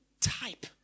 type